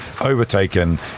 overtaken